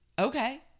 okay